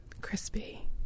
crispy